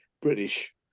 British